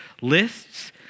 lists